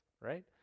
right